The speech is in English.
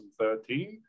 2013